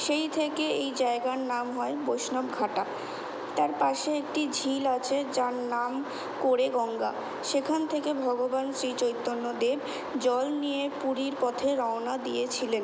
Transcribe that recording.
সেই থেকে এই জায়গার নাম হয় বৈষ্ণবঘাটা তার পাশে একটি ঝিল আছে যার নাম কোড়ে গঙ্গা সেখান থেকে ভগবান শ্রী চৈতন্যদেব জল নিয়ে পুরীর পথে রওনা দিয়েছিলেন